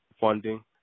funding